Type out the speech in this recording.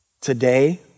Today